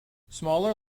smaller